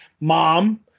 mom